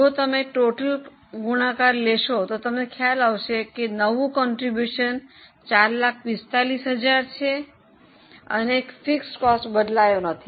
જો તમે કુલનો ગુણાકાર લેશો તો તમને ખ્યાલ આવશે કે નવું ફાળો 445000 છે અને સ્થિર ખર્ચ બદલાયો નથી